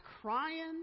crying